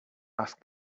ask